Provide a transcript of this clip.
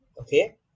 okay